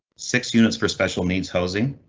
six units for special needs housing,